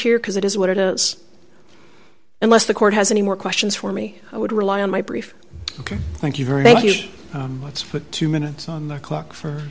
here because it is what it is unless the court has any more questions for me i would rely on my brief thank you very much but two minutes on the clock